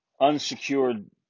unsecured